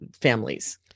families